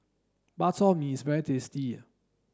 Bak Chor Mee is very tasty